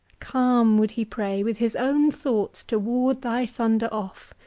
calm would he pray, with his own thoughts to ward thy thunder off,